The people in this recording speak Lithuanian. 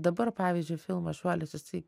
dabar pavyzdžiui filmas šuolis jisai